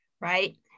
right